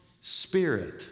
spirit